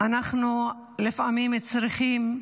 שאנחנו צריכים לפעמים,